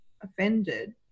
offended